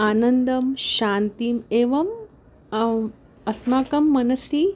आनन्दं शान्तिम् एवम् अस्माकं मनसि